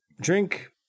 Drink